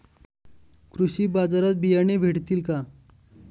कृषी बाजारात बियाणे भेटतील का?